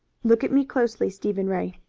look at me closely, stephen ray,